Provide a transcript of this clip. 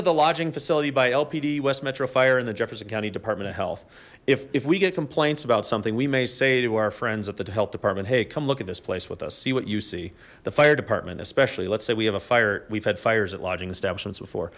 of the lodging facility by lpd west metro fire in the jefferson county department of health if we get complaints about something we may say to our friends at the health department hey come look at this place with us see what you see the fire department especially let's say we have a fire we've had fires